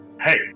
Hey